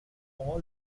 all